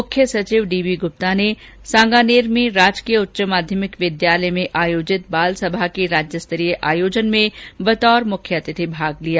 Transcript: मुख्य सचिव डीबी गुप्ता ने सांगानेर में राजकीय उच्च माध्यमिक विद्यालय में आयोजित बालसभा के राज्य स्तरीय आयोजन में बतौर मुख्य अतिथि भाग लिया